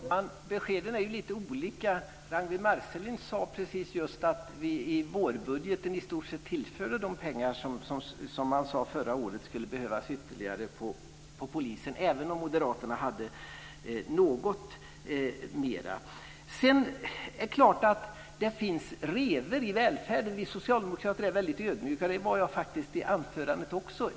Fru talman! Beskeden är ju lite olika. Ragnwi Marcelind sade just att vi i vårbudgeten i stort sett tillförde de pengar som man förra året sade skulle behövas ytterligare till polisen, även om Moderaterna hade något mer. Det är klart att det finns revor i välfärden. Vi socialdemokrater är väldigt ödmjuka. Det var jag faktiskt i mitt anförande också.